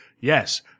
yes